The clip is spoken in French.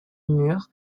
mur